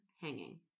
hanging